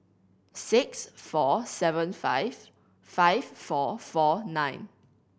six four seven five five four four nine